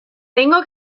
tengo